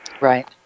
Right